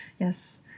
Yes